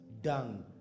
dung